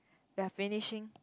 we are finishing